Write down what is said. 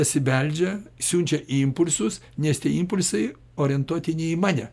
pasibeldžia siunčia impulsus nes tie impulsai orientuoti ne į mane